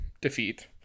defeat